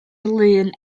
lun